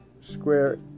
square